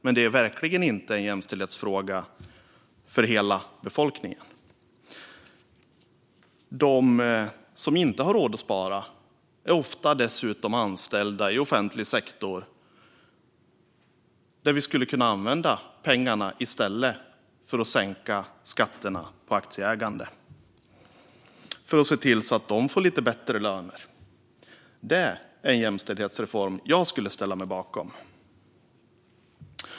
Men det är verkligen inte en jämställdhetsfråga för hela befolkningen. De som inte har råd att spara är dessutom ofta anställda i offentlig sektor - där vi skulle kunna använda pengarna, i stället för att sänka skatterna på aktieägande - för att se till att de får lite bättre löner. Det är en jämställdhetsreform jag skulle ställa mig bakom.